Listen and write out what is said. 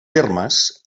termes